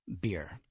Beer